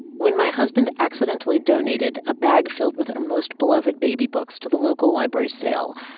when my husband accidentally donated a bag filled with our most beloved baby books to the local library sale,